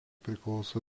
priklauso